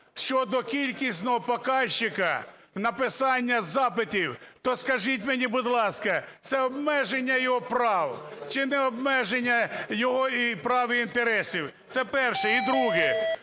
щодо кількісного покажчика написання запитів то скажіть мені, будь ласка, це обмеження його прав чи не обмеження його прав і інтересів? Це перше. Друге.